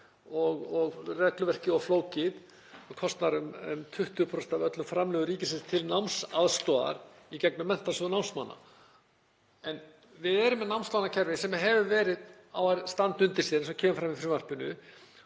og regluverkið of flókið og kostar um 20% af öllum framlögum ríkisins til námsaðstoðar í gegnum Menntasjóð námsmanna. En við erum með námslánakerfi sem á að standa undir sér eins og kemur fram í frumvarpinu.